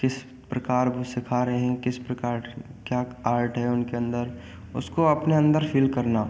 किस प्रकार वह सिखा रहे हैं किस प्रकार क्या आर्ट है उनके अन्दर उसको अपने अन्दर फील करना